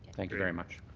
thank you very much.